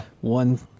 one